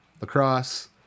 Lacrosse